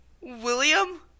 William